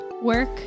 work